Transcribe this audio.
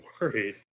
worried